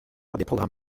programmes